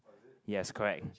yes correct